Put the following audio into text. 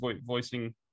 voicing